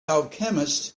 alchemist